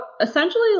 essentially